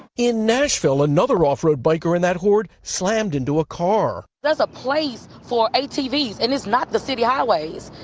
in nashville, another offroad biker in that horde slammed into a car. there's a place for atvs and it's not the city highways.